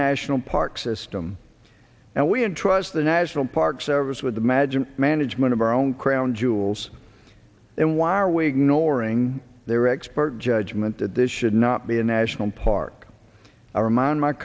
national park system and we entrust the national park service with the magic management of our own crown jewels and why are we ignoring their expert judgment that this should not be a national park or mon my